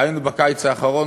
היינו בקיץ האחרון,